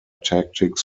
tactics